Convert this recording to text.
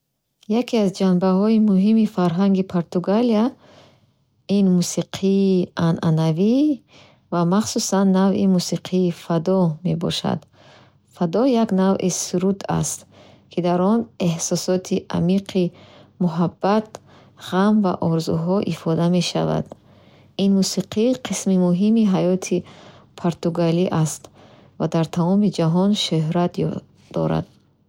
Яке аз ҷанбаҳои муҳими фарҳанги Португалия мусиқии анъанавӣ ва махсусан навъи мусиқии фадо мебошад. Фадо як навъи суруд аст, ки дар он эҳсосоти амиқи муҳаббат, ғам ва орзуҳо ифода мешаванд. Ин мусиқӣ қисми муҳими ҳаёти португалӣ аст ва дар тамоми ҷаҳон шӯҳрат дорад.